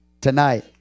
tonight